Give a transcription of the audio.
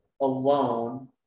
alone